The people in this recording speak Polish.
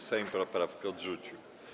Sejm poprawkę odrzucił.